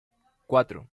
cuatro